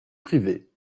privés